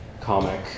comic